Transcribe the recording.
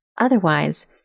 Otherwise